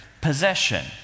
possession